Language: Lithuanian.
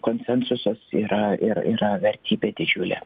konsensusas yra ir yra vertybė didžiulė